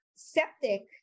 septic